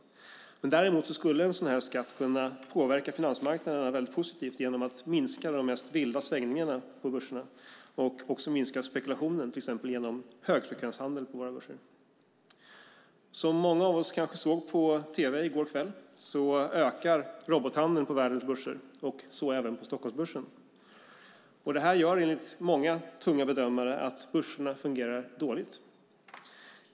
Däremot skulle en sådan här skatt kunna påverka finansmarknaderna positivt genom att minska de mest vilda svängningarna på börserna och minska spekulationen till exempel genom högfrekvenshandel på våra börser. Som många av oss kanske såg på tv i går kväll ökar robothandeln på världens börser, och så även på Stockholmsbörsen. Detta gör, enligt många tunga bedömare, att börserna fungerar dåligt.